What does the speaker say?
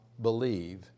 believe